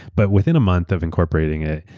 but within a month of incorporating it,